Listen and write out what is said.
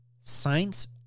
science